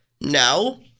No